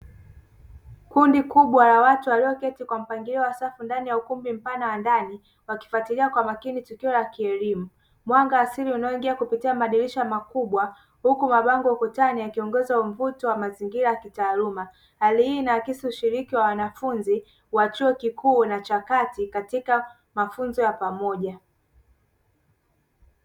Kundi kubwa la watu walioketi kwa mpangilio wa safu ndani ya ukumbi mpana wa ndani wakifatilia kwa makini tukio la kielimu. Mwanga wa asili unaoingia kupitia madirisha makubwa huku mabango ukutani yakiongeza mvuto wa mazingira kitaaluma, hali hii inaakisi ushiriki wa wanafunzi wa chuo kikuu na cha kati katika mafunzo ya pamoja.